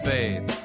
Faith